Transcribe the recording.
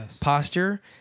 posture